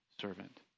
servant